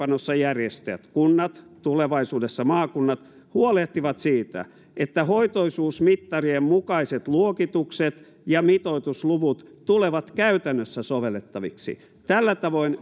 jälkeen toimeenpanossa järjestäjät kunnat tulevaisuudessa maakunnat huolehtivat siitä että hoitoisuusmittarien mukaiset luokitukset ja mitoitusluvut tulevat käytännössä sovellettaviksi tällä tavoin